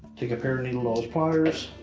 take a pair of needle nose pliers